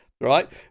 right